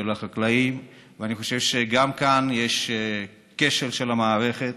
החקלאים ואני חושב שגם כאן יש כשל של המערכת,